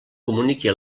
comuniqui